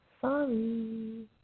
Sorry